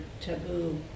taboo